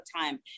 time